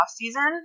season